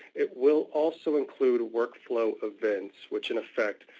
it will also include work flow events, which in effect,